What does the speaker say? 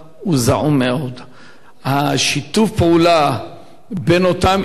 שיתוף הפעולה בין אותם ארגונים לבין המשרד,